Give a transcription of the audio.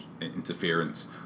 interference